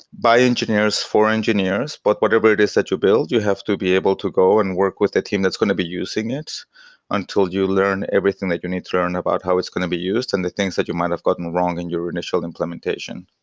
by engineers, for engineers, but whatever it is that you build, you have to be able to go and work with a team that's going to be using it until you learn everything that you need to learn about how it's going to be used and the things that you might have gotten wrong in your initial implementation.